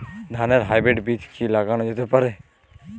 ধানের হাইব্রীড বীজ কি লাগানো যেতে পারে?